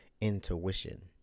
intuition